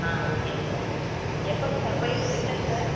ஓகேங்க சார் எப்போங்க போயிட்டு ரிட்டன் சார்